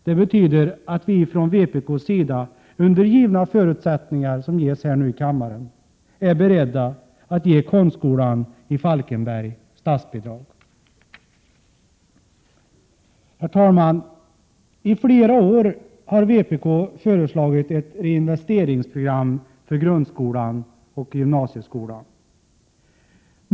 Det betyder att vi från vpk:s sida under de förutsättningar som nu ges genom det beslut som kammaren fattar är beredda att ge Konstskolan i Falkenberg statsbidrag. Herr talman! I flera år har vpk föreslagit ett reinvesteringsprogram för grundskolan och gymnasieskolan.